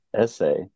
essay